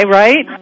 right